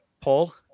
paul